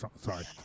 sorry